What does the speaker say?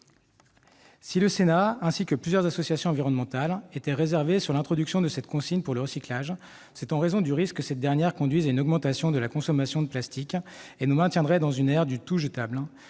Si le Sénat, avec plusieurs associations environnementales, était réservé sur l'introduction de cette consigne pour recyclage, c'était de crainte que cette dernière ne conduise à une augmentation de la consommation de plastique, nous maintenant ainsi dans l'ère du « tout-jetable